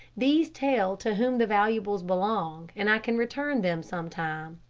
these tell to whom the valuables belong and i can return them some time.